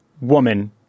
woman